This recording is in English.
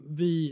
vi